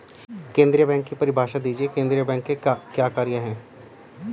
केंद्रीय बैंक की परिभाषा दीजिए केंद्रीय बैंक के क्या कार्य हैं?